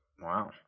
wow